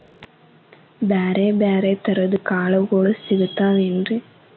ಬ್ಯಾರೆ ಬ್ಯಾರೆ ತರದ್ ಕಾಳಗೊಳು ಸಿಗತಾವೇನ್ರಿ?